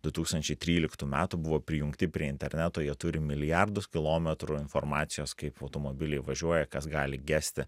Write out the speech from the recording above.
du tūkstančiai tryliktų metų buvo prijungti prie interneto jie turi milijardus kilometrų informacijos kaip automobiliai važiuoja kas gali gesti